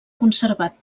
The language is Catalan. conservat